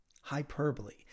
hyperbole